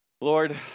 Lord